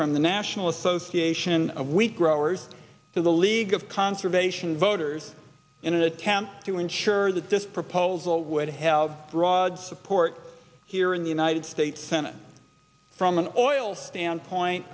from the national association of wheat growers to the league of conservation voters in an attempt to ensure that this proposal would have broad support here in the united states senate from an oil standpoint